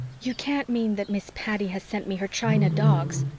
you can't mean that miss patty has sent me her china dogs?